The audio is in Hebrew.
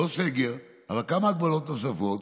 לא סגר, אבל כמה הגבלות נוספות,